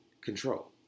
control